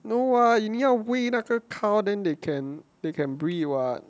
no ah 你要喂那个 cow then they can they can breed [what]